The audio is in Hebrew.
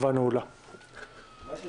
אדוני היושב-ראש,